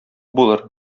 булыр